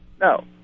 no